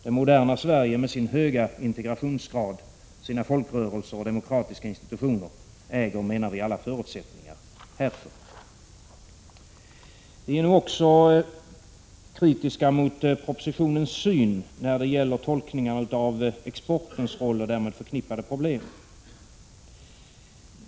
Det moderna Sverige med sin höga integrationsgrad, sina folkrörelser och sina demokratiska institutioner äger förutsättningarna härför. Vi är också kritiska mot propositionens syn när det gäller tolkningen av exportens roll och därmed förknippade problem.